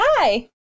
Hi